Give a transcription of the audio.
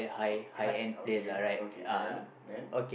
uh height uh okay okay can then